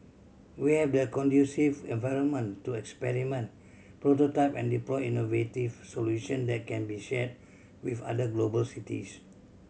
we have the conducive environment to experiment prototype and deploy innovative solution that can be shared with other global cities